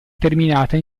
terminata